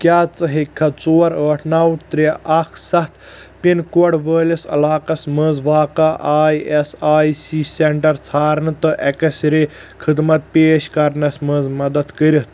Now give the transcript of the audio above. کیٛاہ ژٕ ہیٚکھا ژور أٹھ نَو ترٛےٚ اَکھ سَتھ پِن کوڈ وٲلِس علاقس مَنٛز واقع I S I C centre ژھانڈنہٕ تہِ ایٚکس رَے خدمت پیش کرنس مَنٛز مدد کٔرِتھ